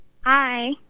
Hi